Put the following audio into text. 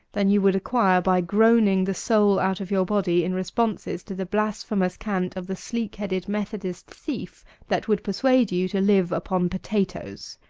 than you would acquire by groaning the soul out of your body in responses to the blasphemous cant of the sleekheaded methodist thief that would persuade you to live upon potatoes.